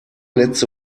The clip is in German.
letzte